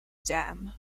dam